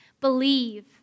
believe